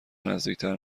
نزدیکتر